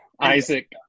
isaac